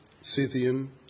Scythian